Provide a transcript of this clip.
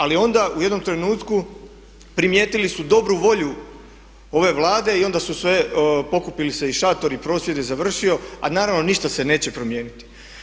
Ali onda u jednom trenutku primijetili su dobru volju ove Vlade i onda su sve pokupili se i šatori i prosvjed je završio a naravno ništa se neće promijeniti.